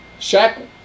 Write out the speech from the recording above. Shaq